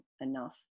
enough